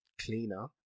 cleaner